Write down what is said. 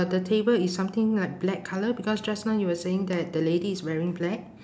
the table is something like black colour because just now you were saying that the lady is wearing black